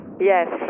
Yes